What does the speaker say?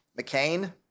McCain